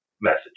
message